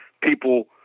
people